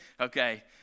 okay